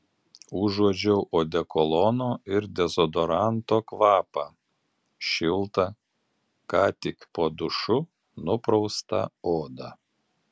užuodžiau odekolono ir dezodoranto kvapą šiltą ką tik po dušu nupraustą odą